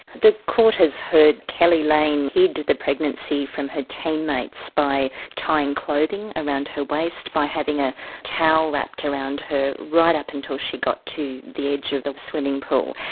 the court has heard keli lane hid the pregnancy from her team mates by tying clothing around her waist, by having a towel wrapped around her right up until she got to the edge of the swimming pool.